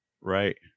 right